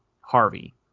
Harvey